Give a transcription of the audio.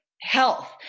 health